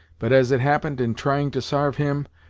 but, as it happened in trying to sarve him,